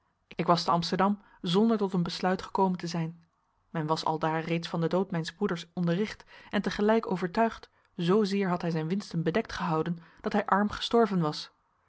ik was te amsterdam zonder tot een besluit gekomen te zijn men was aldaar reeds van den dood mijns broeders onderricht en te gelijk overtuigd zoozeer had hij zijn winsten bedekt gehouden dat hij arm gestorven was